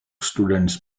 students